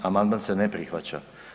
Amandman se ne prihvaća.